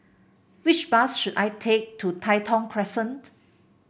which bus should I take to Tai Thong Crescent